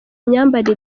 myambarire